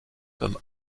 comme